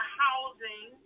housing